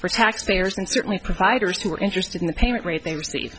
for taxpayers and certainly providers who are interested in the payment rate they receive